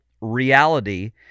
reality